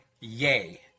yay